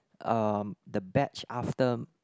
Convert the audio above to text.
uh the batch after